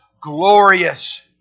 glorious